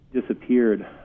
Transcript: disappeared